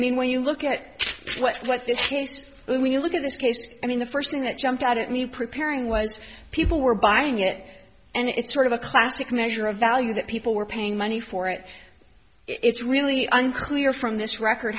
mean when you look at what's what this case when you look at this case i mean the first thing that jumped out at me preparing was people were buying it and it's sort of a classic measure of value that people were paying money for it it's really unclear from this record